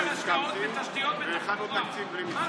חוסר השקעות בתשתיות בתחבורה,